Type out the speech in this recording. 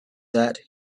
that